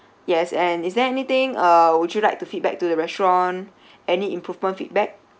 yes and is there anything uh would you like to feedback to the restaurant any improvement feedback